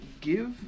give